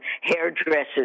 hairdressers